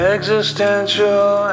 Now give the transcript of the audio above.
Existential